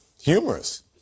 humorous